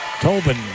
Tobin